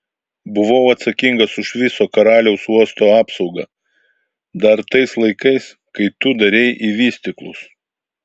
buvau atsakingas už viso karaliaus uosto apsaugą dar tais laikais kai tu darei į vystyklus